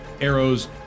arrows